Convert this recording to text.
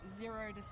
Zero